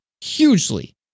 hugely